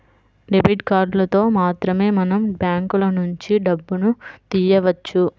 debit కార్డులతో మాత్రమే మనం బ్యాంకులనుంచి డబ్బును తియ్యవచ్చు